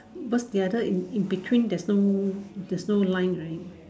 what's the other in in between there's no there's no line right